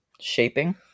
shaping